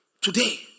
Today